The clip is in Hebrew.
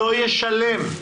לא ישלם.